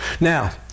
Now